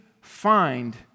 find